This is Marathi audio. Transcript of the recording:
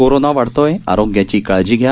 कोरोना वाढतोय आरोग्याची काळजी घ्या